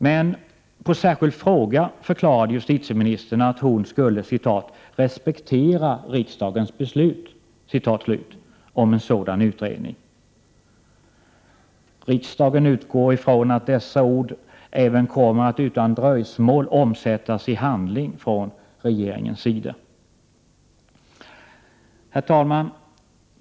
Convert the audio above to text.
Men på en särskild fråga förklarade justitieministern att hon skulle ”respektera riksdagens beslut” om en sådan utredning. Riksdagen utgår ifrån att dessa ord utan döjsmål även kommer att omsättas i handling från regeringens sida. Herr talman!